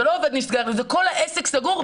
זה כל העסק סגור,